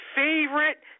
favorite